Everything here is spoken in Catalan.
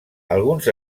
alguns